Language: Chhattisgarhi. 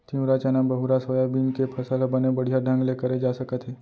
तिंवरा, चना, बहुरा, सोयाबीन के फसल ह बने बड़िहा ढंग ले करे जा सकत हे